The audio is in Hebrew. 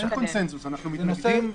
אין קונצנזוס, אנחנו מתנגדים.